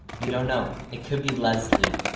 you don't know, it could be lez-lee.